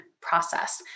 process